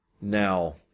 Now